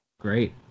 Great